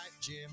jim